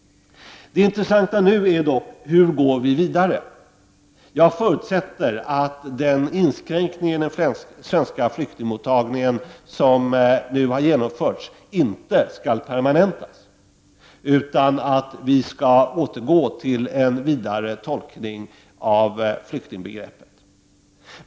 Det intressanta nu är emellertid hur vi skall gå vidare. Jag förutsätter att den inskränkning i det svenska flyktingmottagandet som nu har genomförts inte skall permanentas utan att vi i Sverige skall återgå till en vidare tolkning av flyktingbegreppet.